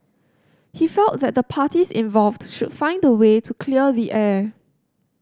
he felt that the parties involved should find a way to clear the air